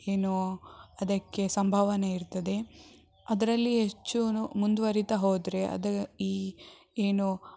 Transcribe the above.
ಏನು ಅದಕ್ಕೆ ಸಂಭಾವನೆ ಇರ್ತದೆ ಅದರಲ್ಲಿ ಹೆಚ್ಚು ನು ಮುಂದುವರೀತಾ ಹೋದರೆ ಅದು ಈ ಏನು